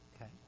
Okay